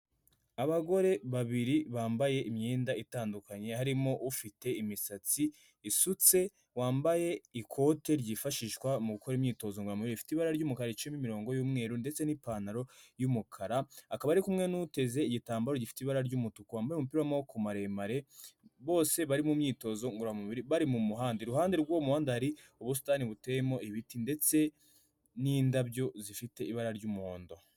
Abagore babiri bambaye imyenda itandukanye, harimo ufite imisatsi isutse, wambaye ikote ryifashishwa mu gukora imyitozo ngororamubiri rifite ibara ry'umukara, riciyemo imirongo y'umweru ndetse n'ipantaro y'umukara, akaba ari kumwe n'uteze igitambaro gifite ibara ry'umutuku, wambaye umupira w'amaboko maremare, bose bari mu myitozo ngororamubiri bari mu muhanda. Iruhande rw'uwo muhanda hari ubusitani buteyemo ibiti ndetse n'indabyo zifite ibara ry'umuhondo.